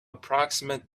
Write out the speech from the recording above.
approximate